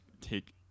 take